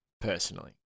personally